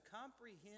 comprehend